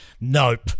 nope